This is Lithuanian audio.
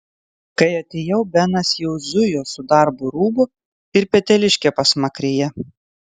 kai atėjau benas jau zujo su darbo rūbu ir peteliške pasmakrėje